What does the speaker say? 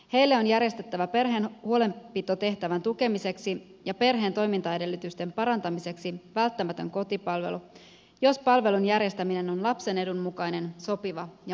heille on järjestettävä perheen huolenpitotehtävän tukemiseksi ja perheen toimintaedellytysten parantamiseksi välttämätön kotipalvelu jos palvelun järjestäminen on lapsen edun mukainen sopiva ja mahdollinen tukimuoto